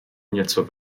něco